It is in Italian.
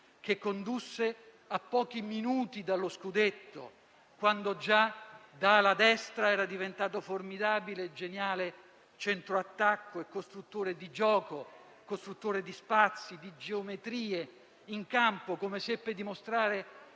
che condusse a pochi minuti dallo scudetto, quando già da ala destra era diventato formidabile e geniale centrattacco e costruttore di gioco, costruttore di spazi, di geometrie in campo come seppe dimostrare